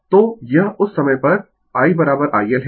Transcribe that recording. तो यह उस समय पर I IL है